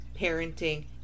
parenting